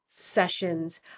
sessions